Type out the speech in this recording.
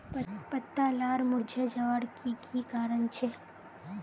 पत्ता लार मुरझे जवार की कारण छे?